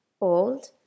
Old